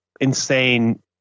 insane